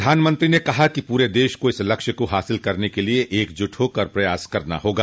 प्रधानमंत्री ने कहा कि पूरे देश को इस लक्ष्य को हासिल करने के लिए एकजुट होकर प्रयास करना होगा